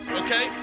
okay